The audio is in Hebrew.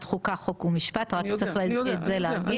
חוקה חוק ומשפט רק צריך את זה להגיד.